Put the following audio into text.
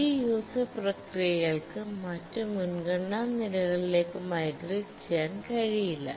ഈ യൂസർ പ്രക്രിയകൾക്ക് മറ്റ് മുൻഗണനാ നിലകളിലേക്ക് മൈഗ്രേറ്റ് ചെയ്യാൻ കഴിയില്ല